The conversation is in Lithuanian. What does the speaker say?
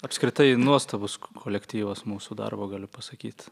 apskritai nuostabus kolektyvas mūsų darbo galiu pasakyt